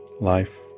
life